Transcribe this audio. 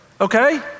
Okay